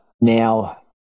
now